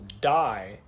die